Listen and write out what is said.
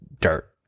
dirt